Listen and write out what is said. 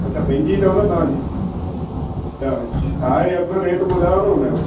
अछा पंहिंजी अथव न तव्हांजी त छाहे अघु रेट ॿुधायो न हुन यो